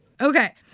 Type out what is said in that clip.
Okay